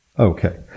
Okay